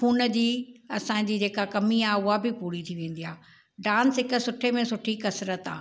खून जी असांजी जेका कमी आहे उहा बि पूरी थी वेंदे आहे डांस हिकु सुठे में सुठी कसरतु आहे